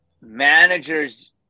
managers